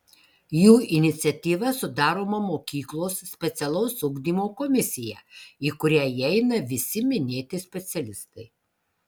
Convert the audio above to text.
jų iniciatyva sudaroma mokyklos specialaus ugdymo komisija į kurią įeina visi minėti specialistai